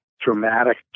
dramatic